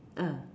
ah